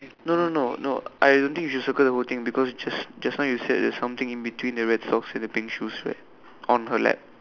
no no no no I don't think you should circle the whole thing because just just now you said there's something in between the red socks and the pink shoes right on her lap